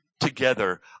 Together